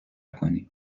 کنیم